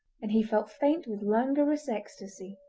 and he felt faint with languorous ecstasy.